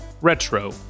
Retro